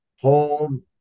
home